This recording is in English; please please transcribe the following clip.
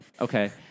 Okay